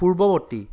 পূৰ্বৱৰ্তী